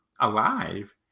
alive